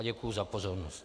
Děkuji za pozornost.